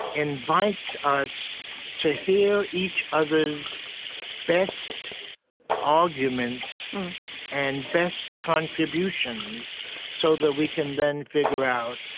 invites us to hear each other's best arguments and best contributions so that we can then figure out,